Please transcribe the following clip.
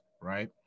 right